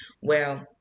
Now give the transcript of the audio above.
Well-